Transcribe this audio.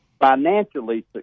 financially